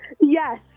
Yes